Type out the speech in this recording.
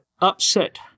upset